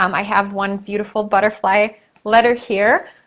um i have one beautiful butterfly letter here.